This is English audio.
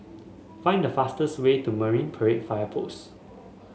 find the fastest way to Marine Parade Fire Post